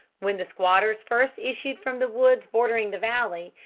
when the squatters first issued from the woods bordering the valley,